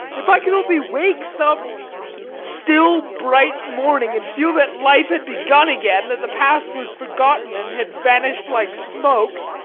if i could only wake some still, bright morning and feel that life had begun again that the past was forgotten and had vanished like smoke.